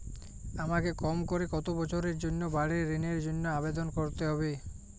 আমাকে কম করে কতো বছরের জন্য বাড়ীর ঋণের জন্য আবেদন করতে হবে?